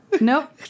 nope